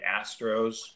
Astros